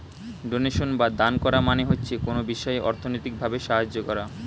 donation বা দান করা মানে হচ্ছে কোনো বিষয়ে অর্থনৈতিক ভাবে সাহায্য করা